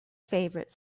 favorite